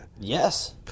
Yes